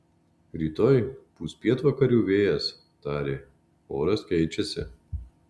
rytoj pūs pietvakarių vėjas tarė oras keičiasi